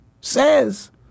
Says